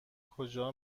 کجا